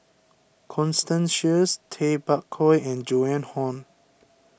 Constance Sheares Tay Bak Koi and Joan Hon